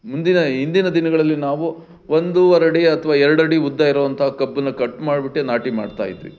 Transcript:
ಮುಂದಿನ ಹಿಂದಿನ ದಿನಗಳಲ್ಲಿ ನಾವು ಒಂದೂವರಡಿ ಅಥವಾ ಎರಡು ಅಡಿ ಉದ್ದ ಇರೋವಂಥ ಕಬ್ಬನ್ನು ಕಟ್ ಮಾಡ್ಬಿಟ್ಟು ನಾಟಿ ಮಾಡ್ತಾ ಇದ್ವಿ